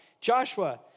Joshua